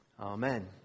Amen